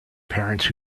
parents